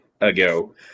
ago